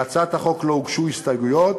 להצעת החוק לא הוגשו הסתייגויות,